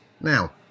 Now